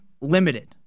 limited